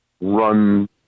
run